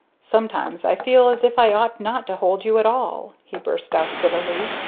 sometimes i feel as if i ought not to hold you at all! he burst out, bitterly.